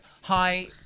hi